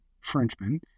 Frenchman